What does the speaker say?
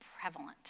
prevalent